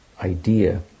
idea